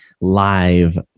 live